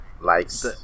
likes